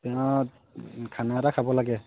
তেওঁ খানা এটা খাব লাগে